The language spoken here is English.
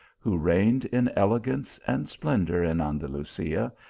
who reigned in elegance and splendour in andalusia,